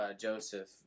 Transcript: Joseph